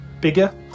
bigger